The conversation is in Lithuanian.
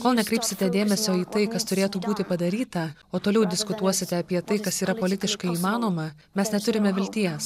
kol nekreipsite dėmesio į tai kas turėtų būti padaryta o toliau diskutuosite apie tai kas yra politiškai įmanoma mes neturime vilties